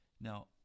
Now